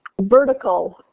vertical